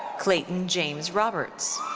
clayton james roberts.